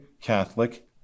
Catholic